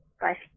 Bye